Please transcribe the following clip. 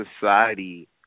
society